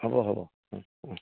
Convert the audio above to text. হ'ব হ'ব